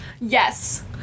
Yes